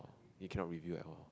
you can not review at all